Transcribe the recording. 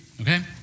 okay